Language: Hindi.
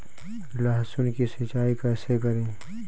लहसुन की सिंचाई कैसे करें?